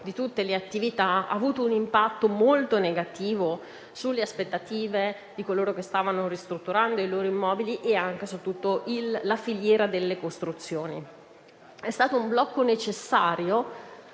di tutte le attività, ha avuto un impatto molto negativo sulle aspettative di coloro che stavano ristrutturando i loro immobili e anche su tutta la filiera delle costruzioni. È stato un blocco